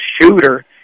shooter